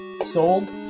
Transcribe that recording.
sold